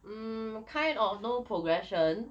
mm kind of no progression